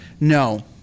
No